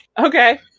Okay